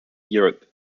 europe